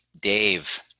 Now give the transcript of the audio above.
Dave